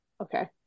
Okay